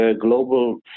global